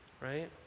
right